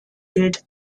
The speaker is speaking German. gilt